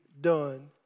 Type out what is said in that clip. done